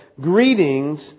Greetings